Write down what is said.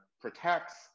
protects